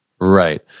Right